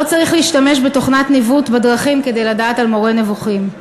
לא צריך להשתמש בתוכנת ניווט בדרכים כדי לדעת על "מורה נבוכים".